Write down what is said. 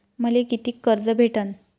मले कितीक कर्ज भेटन?